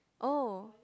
oh